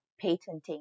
patenting